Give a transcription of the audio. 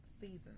season